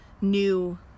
new